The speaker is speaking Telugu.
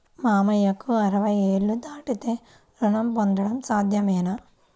మామయ్యకు అరవై ఏళ్లు దాటితే రుణం పొందడం సాధ్యమేనా?